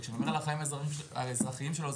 וכשאני אומר על החיים האזרחיים שלו,